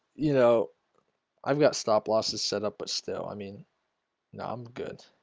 you know i've got stop-loss to set up, but still i mean no, i'm good